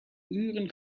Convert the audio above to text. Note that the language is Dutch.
uren